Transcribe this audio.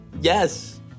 Yes